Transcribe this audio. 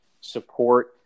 support